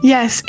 Yes